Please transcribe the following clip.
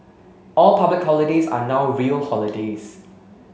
all public holidays are now real holidays